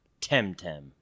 Temtem